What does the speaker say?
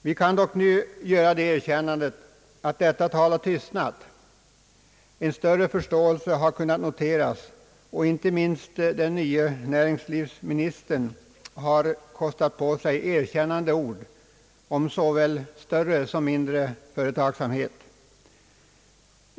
Vi kan dock nu göra det erkännandet att detta tal har tystnat, en större förståelse har kunnat noteras och inte minst den nye näringslivsministern har kostat på sig erkännande ord om såväl större som mindre företagsamhet.